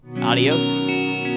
Adios